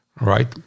right